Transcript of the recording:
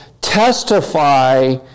testify